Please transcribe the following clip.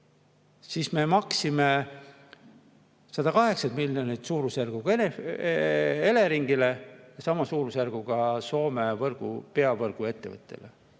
Lätti, me maksime 180 miljonit suurusjärgus Eleringile ja samas suurusjärgus Soome peavõrguettevõtjale.